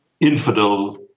infidel